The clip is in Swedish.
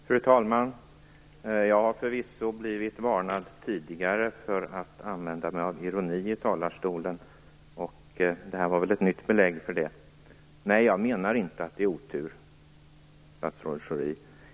Fru talman! Jag har förvisso tidigare blivit varnad för att använda mig av ironi i talarstolen, och detta var väl ett nytt belägg för att man inte skall göra det. Jag menar inte att det är otur, statsrådet Schori.